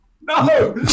No